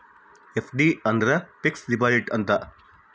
FD ಅಂದ್ರ fixed deposit ಅಂತ